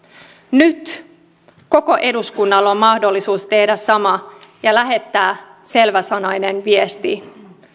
nyt koko eduskunnalla on mahdollisuus tehdä sama ja lähettää selväsanainen viesti